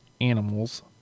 animals